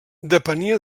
depenia